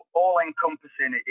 all-encompassing